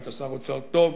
היית שר אוצר טוב,